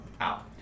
out